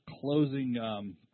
closing